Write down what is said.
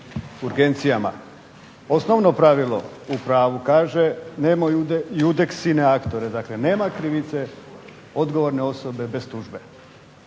urgencijama. Osnovno pravilo u pravu kaže nemoj judex cine actore – dakle nema krivice odgovorne osobe bez tužbe.